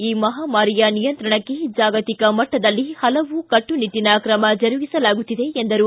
ಈ ಮಹಾಮಾರಿಯ ನಿಯಂತ್ರಣಕ್ಕೆ ಜಾಗತಿಕ ಮಟ್ಸದಲ್ಲಿ ಹಲವು ಕಟ್ಲುನಿಟ್ಟಿನ ಕ್ರಮ ಜರುಗಿಸಲಾಗುತ್ತಿದೆ ಎಂದರು